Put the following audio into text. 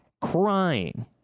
crying